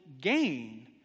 gain